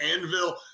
anvil